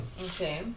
Okay